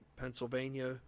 Pennsylvania